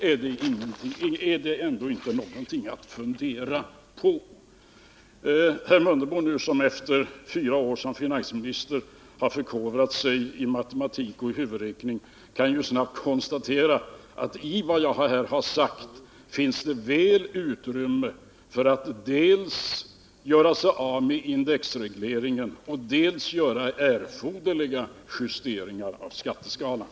Är det inte värt att fundera på?” Herr Mundebo, som nu efter fyra år som budgetminister har förkovrat sig i matematik och huvudräkning, kan ju snabbt konstatera att det i vad jag skrev mycket väl finns utrymme för dels att göra sig av med indexregleringen, dels göra erforderliga justeringar av skatteskalan.